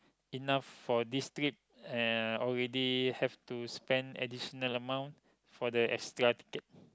enough for this trip and already have to spend additional amount for the extra ticket